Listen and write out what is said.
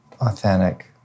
authentic